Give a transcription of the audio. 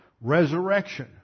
resurrection